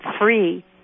free